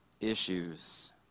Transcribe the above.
issues